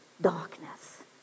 darkness